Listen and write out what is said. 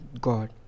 God